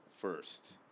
first